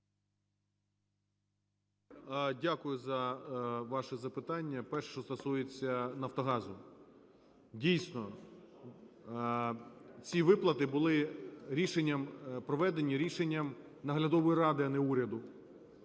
Дякую за ваше запитання. Перше: що стосується "Нафтогазу". Дійсно, ці виплати були рішенням… проведені рішенням наглядової ради, а не уряду.